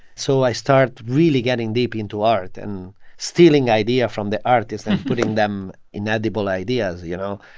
so i start really getting deep into art and stealing idea from the artist and putting them in edible ideas, you know?